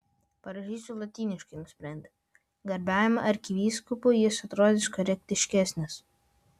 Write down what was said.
parašysiu lotyniškai nusprendė garbiajam arkivyskupui jis atrodys korektiškesnis